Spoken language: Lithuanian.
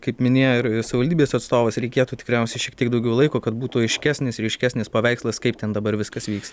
kaip minėjo ir savivaldybės atstovas reikėtų tikriausiai šiek tiek daugiau laiko kad būtų aiškesnis ryškesnis paveikslas kaip ten dabar viskas vyks